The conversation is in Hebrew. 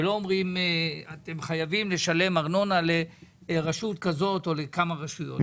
אנחנו לא אומרים שאתם חייבים לשלם ארנונה לרשות כזאת או לכמה רשויות,